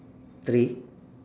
three